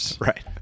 Right